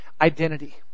identity